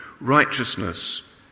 righteousness